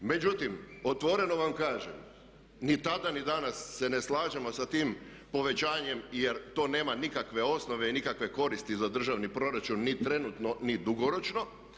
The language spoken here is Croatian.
Međutim, otvoreno vam kažem ni tada ni danas se ne slažemo sa tim povećanjem jer to nema nikakve osnove i nikakve koristi za državni proračun ni trenutno ni dugoročno.